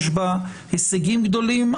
הישגים גדולים,